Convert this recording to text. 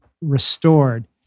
restored